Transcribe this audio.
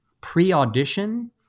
pre-audition